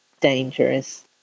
dangerous